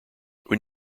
when